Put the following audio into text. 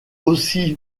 aussi